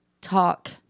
talk